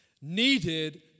needed